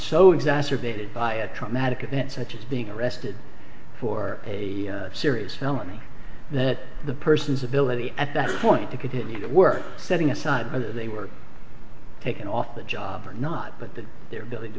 so exacerbated by a traumatic event such as being arrested for a serious felony that the person's ability at that point to continue the work setting aside whether they were taken off the job or not but that their ability to